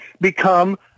become